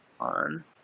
on